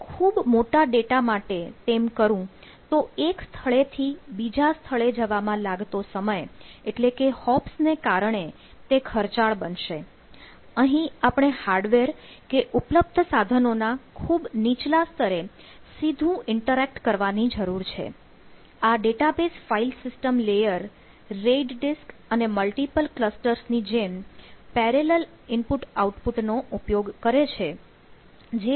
પણ ખૂબ મોટા ડેટા માટે તેમ કરું તો એક સ્થળેથી બીજા સ્થળે જવામાં લાગતો સમય એટલે કે હોપ્સ રાખે છે